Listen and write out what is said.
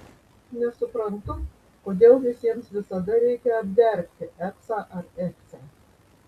nesuprantu kodėl visiems visada reikia apdergti eksą ar eksę